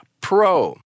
Pro